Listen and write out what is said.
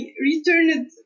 returned